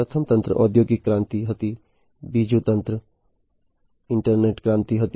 પ્રથમ તરંગ ઔદ્યોગિક ક્રાંતિની હતી બીજી તરંગ ઇન્ટરનેટ ક્રાંતિની હતી